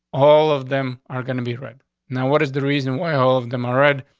all of them are going to be read now. what is the reason why all of them are red?